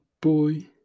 boy